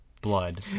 blood